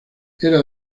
era